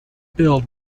build